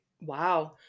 wow